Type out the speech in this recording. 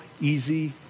easy